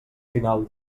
final